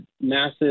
massive